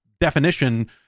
definition